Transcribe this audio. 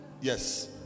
yes